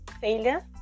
failure